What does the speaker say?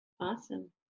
Awesome